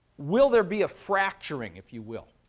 will there be a fracturing, if you will?